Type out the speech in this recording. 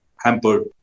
hampered